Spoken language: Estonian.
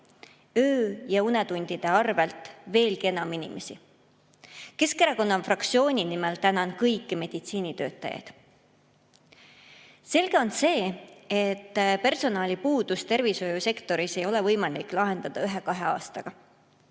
öö- ja unetundide arvel veelgi enam inimesi. Keskerakonna fraktsiooni nimel tänan kõiki meditsiinitöötajaid. Selge on see, et personalipuudust tervishoiusektoris ei ole võimalik lahendada ühe-kahe aastaga.